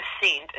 percent